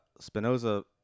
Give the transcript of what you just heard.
Spinoza